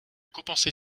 compenser